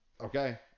Okay